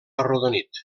arrodonit